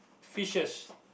fishes